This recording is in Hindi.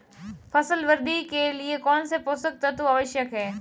फसल वृद्धि के लिए कौनसे पोषक तत्व आवश्यक हैं?